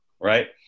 right